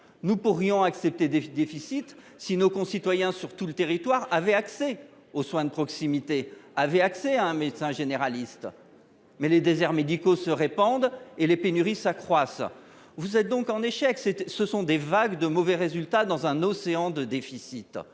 On pourrait accepter des déficits si nos concitoyens, sur tout le territoire, avaient accès aux soins de proximité et à un médecin généraliste, mais les déserts médicaux se répandent et les pénuries s’accroissent. Vous êtes donc en échec : ce sont des vagues de mauvais résultats dans un océan de déficit.